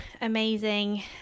amazing